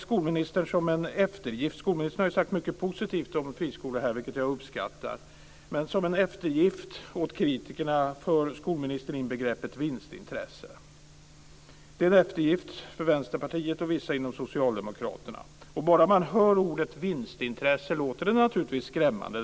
Skolministern har här sagt mycket positivt om friskolorna, vilket jag uppskattar, men som en eftergift åt kritikerna för skolministern in begreppet vinstintresse. Det är en eftergift för Vänsterpartiet och för vissa inom Socialdemokraterna. Ordet vinstintresse låter naturligtvis skrämmande.